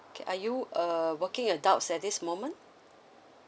okay are you uh working adult at this moment